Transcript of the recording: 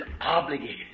obligated